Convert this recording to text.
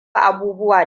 abubuwa